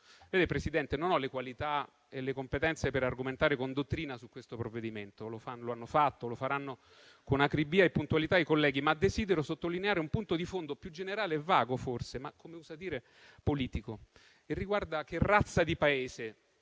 noi nel mondo. Non ho le qualità e le competenze per argomentare con dottrina su questo provvedimento - lo hanno fatto e lo faranno con acribia e puntualità i colleghi - ma desidero sottolineare un punto di fondo più generale e forse vago ma, come si usa dire, politico e che riguarda che razza di Paese